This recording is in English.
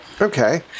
Okay